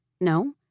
No